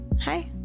Hi